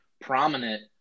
prominent